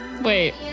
Wait